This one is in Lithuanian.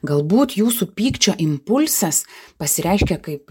galbūt jūsų pykčio impulsas pasireiškia kaip